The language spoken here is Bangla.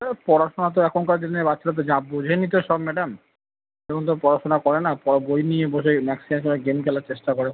হ্যাঁ পড়াশোনা তো এখনকার দিনে বাচ্ছাদের যা বোঝেনই তো সব ম্যাডাম এখন তো পড়াশোনা করে না পড়ার বই নিয়ে বসে ম্যাক্সিমাম সময় গেম খেলার চেষ্টা করে